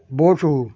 Basu